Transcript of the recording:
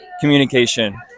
Communication